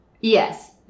Yes